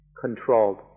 controlled